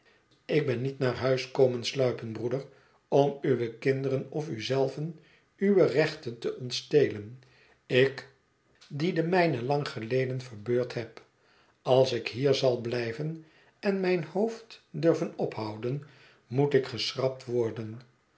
ik ben niet naar huis komen sluipen broeder om uwe kinderen of u zelven uwe rechten te ontstelen ik die de mijne lang geleden verbeurd heb als ik hier zal blijven en mijn hoofd durven ophouden moet ik geschrapt worden